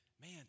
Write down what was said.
Man